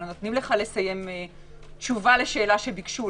לא נותנים לך לסיים תשובה לשאלות שביקשו,